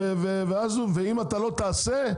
ואם לא תעשה,